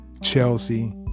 Chelsea